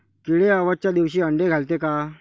किडे अवसच्या दिवशी आंडे घालते का?